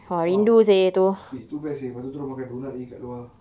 ah eh tu biasa pasal kita terus makan donut dia kat luar